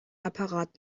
apparat